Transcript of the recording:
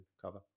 cover